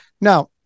Now